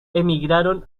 emigraron